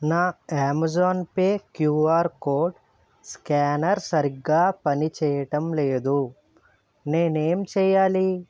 నా Amazon pay QR code scanner సరిగ్గా పనిచేయటం లేదు నేను ఏం చెయ్యాలి